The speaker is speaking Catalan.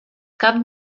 cap